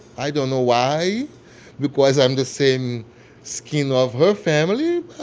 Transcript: i don't know why because i'm the same skin of her family.